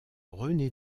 rené